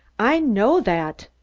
i know that!